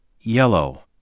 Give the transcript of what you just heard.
yellow